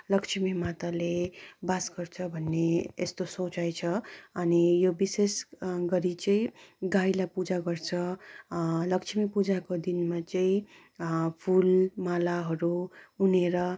लक्ष्मी माताले बास गर्छ भन्ने यस्तो सोचाइ छ अनि यो विशेष गरी चाहिँ गाईलाई पूजा गर्छ लक्ष्मी पूजाको दिनमा चाहिँ फुल मालाहरू उनेर